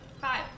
Five